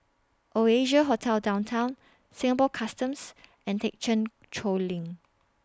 Oasia Hotel Downtown Singapore Customs and Thekchen Choling